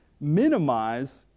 minimize